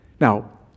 Now